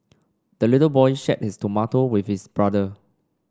the little boy shared his tomato with his brother